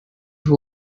who